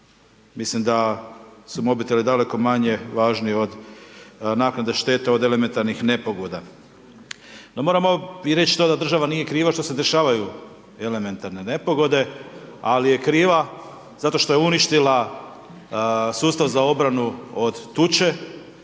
Mislim da su mobiteli daleko manje važni od naknade štete od elementarnih nepogoda. No moramo i reći to da država nije kriva što se dešavaju elementarne nepogode, ali je kriva zato što je uništila sustav za obranu od tuče,